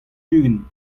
ugent